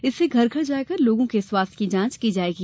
इससे घर घर जाकर लोगों के स्वास्थ्य की जांच की जायेगी